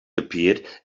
appeared